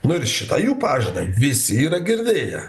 nu ir šitą jų pažadą visi yra girdėję